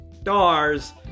Stars